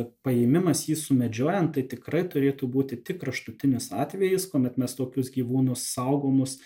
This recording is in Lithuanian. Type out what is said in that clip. paėmimas jį sumedžiojant tai tikrai turėtų būti tik kraštutinis atvejis kuomet mes tokius gyvūnus saugomus